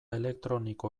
elektroniko